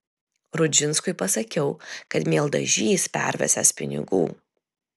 rudžinskui pasakiau kad mieldažys pervesiąs pinigų